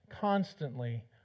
constantly